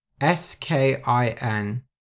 S-K-I-N